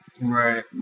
Right